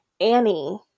Annie